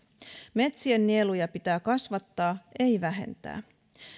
metsien nieluja pitää kasvattaa ei vähentää